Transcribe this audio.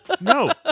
No